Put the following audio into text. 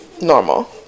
normal